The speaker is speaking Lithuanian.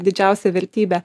didžiausia vertybė